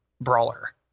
brawler